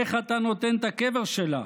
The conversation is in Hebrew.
איך אתה נותן את הקבר שלה?